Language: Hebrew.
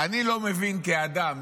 אני לא מבין כאדם,